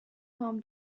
palm